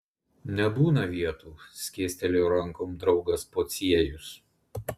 nebūna vietų skėstelėjo rankom draugas pociejus